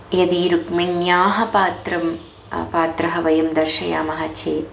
यदि रुक्मिण्याः पात्रं पात्रं वयं दर्शयामः चेत्